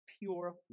pure